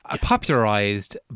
Popularized